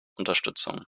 unterstützung